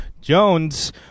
Jones